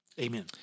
amen